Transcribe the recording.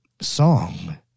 song